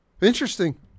Interesting